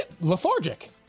lethargic